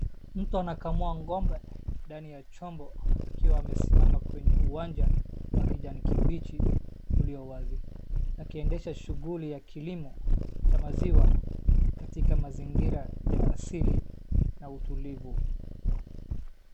Mtu anakamua ng'ombe ndani ya chombo akiwa amesimama kwenye uwanja wa kijani kibichi uliowazi. Akiendesha shughuli ya kilimo cha maziwa katika mazingira ya asili na utulivu.